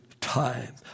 time